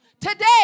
Today